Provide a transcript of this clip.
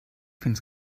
fins